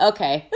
Okay